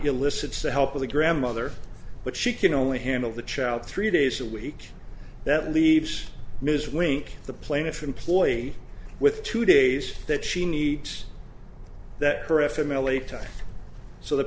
elicits the help of the grandmother but she can only handle the child three days a week that leaves ms wink the plaintiff employee with two days that she needs that